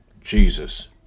Jesus